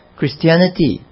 Christianity